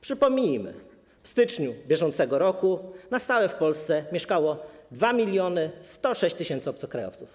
Przypomnijmy, że w styczniu br. na stałe w Polsce mieszkało 2106 tys. obcokrajowców.